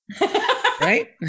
Right